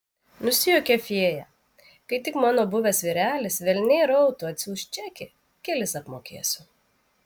nusijuokė fėja kai tik mano buvęs vyrelis velniai rautų atsiųs čekį kelis apmokėsiu